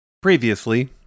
Previously